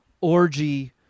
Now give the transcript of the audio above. orgy